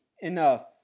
enough